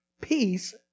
Peace